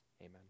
Amen